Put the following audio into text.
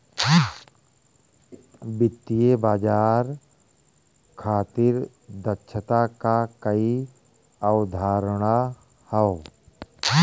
वित्तीय बाजार खातिर दक्षता क कई अवधारणा हौ